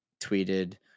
tweeted